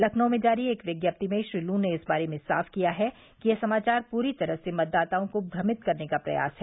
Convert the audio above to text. लखनऊ में जारी एक विज्ञप्ति में श्री लू ने इस बारे में साफ किया है कि यह समाचार पूरी तरह से मतदाताओं को भ्रमित करने का प्रयास है